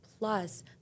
Plus